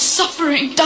suffering